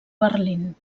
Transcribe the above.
berlín